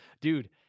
Dude